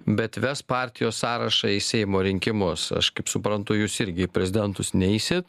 bet ves partijos sąrašą į seimo rinkimus aš kaip suprantu jūs irgi į prezidentus neisit